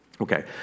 Okay